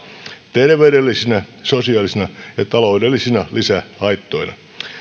terveydellisinä sosiaalisina ja taloudellisina lisähaittoina